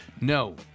No